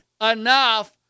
enough